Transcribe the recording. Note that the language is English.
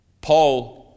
Paul